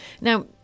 Now